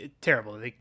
terrible